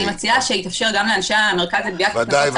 אני מציעה שיתאפשר גם לאנשי המרכז לגביית קנסות